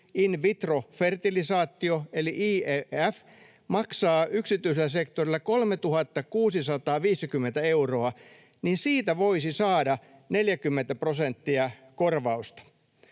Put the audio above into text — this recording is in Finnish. in vitro fertilization eli IVF, maksaa yksityisellä sektorilla 3 650 euroa, niin siitä voisi saada 40 prosenttia korvausta.